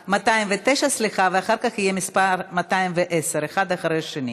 209), ואחר כך יהיה מס' 210. אחד אחרי השני.